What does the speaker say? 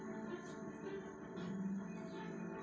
ಮೆಣಸಿನಕಾಯಿಗ ಛಲೋ ಕಳಿ ಕಿತ್ತಾಕ್ ಯಾವ್ದು ಮತ್ತ ಅದ ಎಲ್ಲಿ ಸಿಗ್ತೆತಿ?